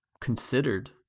considered